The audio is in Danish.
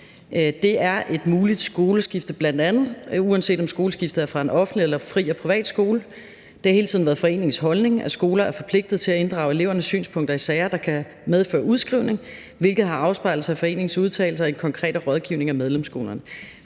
Det er et muligt skoleskifte blandt andet, uanset om skoleskiftet er fra en offentlig eller fri- og privatskole. Det har hele tiden været foreningens holdning, at skoler er forpligtede til at inddrage elevers synspunkter i sager, der kan medføre udskrivning, hvilket har afspejlet sig i foreningens udtalelser og i den konkrete rådgivning af medlemsskolerne.